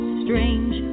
strange